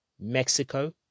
Mexico